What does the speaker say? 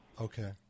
Okay